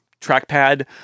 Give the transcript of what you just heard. trackpad